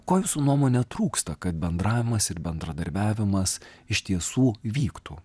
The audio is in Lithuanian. ko jūsų nuomone trūksta kad bendravimas ir bendradarbiavimas iš tiesų vyktų